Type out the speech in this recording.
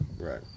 right